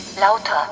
Lauter